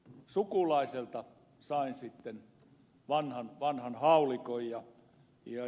sukulaiselta sain sitten vanhan haulikon